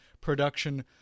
production